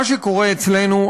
מה שקורה אצלנו,